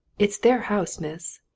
it's their house, miss.